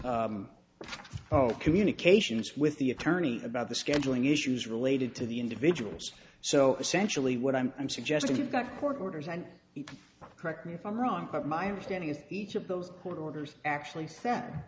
zero communications with the attorney about the scheduling issues related to the individuals so essentially what i'm i'm suggesting you got court orders and correct me if i'm wrong but my understanding is each of those court orders actually said